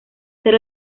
ser